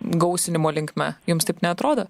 gausinimo linkme jums taip neatrodo